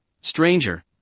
stranger